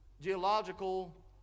geological